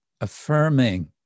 affirming